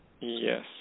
Yes